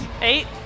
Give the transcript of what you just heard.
Eight